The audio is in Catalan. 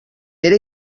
era